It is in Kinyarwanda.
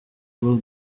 bull